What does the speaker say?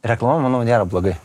reklama manau nėra blogai